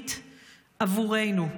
היום-יומית עבורנו.